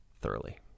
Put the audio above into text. thoroughly